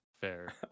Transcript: Fair